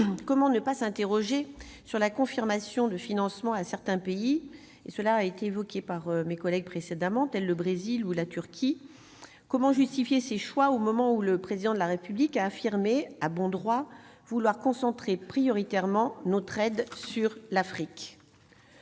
comment ne pas s'interroger sur la confirmation de financements à certains pays- ce point a été évoqué précédemment -tels le Brésil ou la Turquie ? Comment justifier ces choix, au moment où le Président de la République a affirmé, à bon droit, vouloir concentrer prioritairement notre aide sur l'Afrique ?